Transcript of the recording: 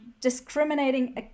discriminating